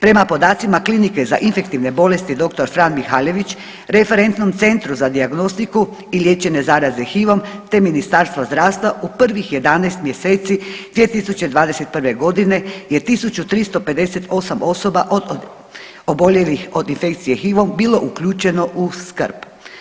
Prema podacima Klinike za infektivne bolesti Dr. Fran Mihaljević, Referentnom centru za dijagnostiku i liječenje zaraze HIV-om te Ministarstvo zdravstva u prvih 11. mjeseci 2021. godine je 1358 osoba od oboljelih od infekcije HIV-om bilo uključeno u skrb.